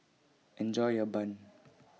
Enjoy your Bun